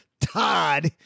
Todd